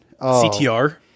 CTR